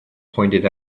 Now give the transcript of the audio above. pointed